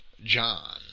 John